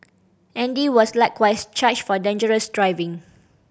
Andy was likewise charged for dangerous driving